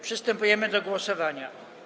Przystępujemy do głosowania.